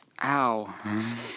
Ow